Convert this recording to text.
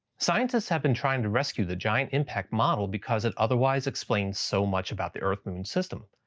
scientists have been trying to rescue the giant impact model because it otherwise explains so much about the earth-moon system.